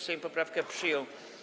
Sejm poprawkę przyjął.